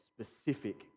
specific